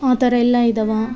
ಆ ಥರ ಎಲ್ಲ ಇದಾವೆ